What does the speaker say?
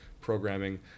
programming